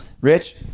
rich